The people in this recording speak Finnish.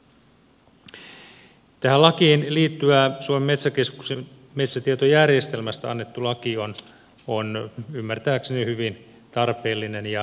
tähän lakiin liittyvä suomen metsäkeskuksen metsätietojärjestelmästä annettu laki on ymmärtääkseni hyvin tarpeellinen ja toimiva